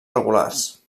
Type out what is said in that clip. regulars